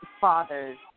father's